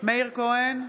מאיר כהן,